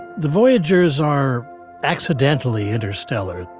the voyagers are accidentally interstellar.